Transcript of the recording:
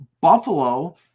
Buffalo